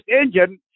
engine